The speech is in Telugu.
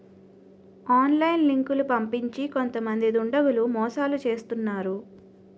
ఆన్లైన్ లింకులు పంపించి కొంతమంది దుండగులు మోసాలు చేస్తున్నారు